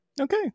Okay